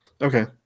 Okay